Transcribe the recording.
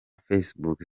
facebook